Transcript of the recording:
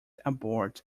aboard